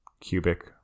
cubic